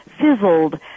fizzled